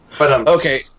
Okay